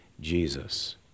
Jesus